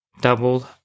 doubled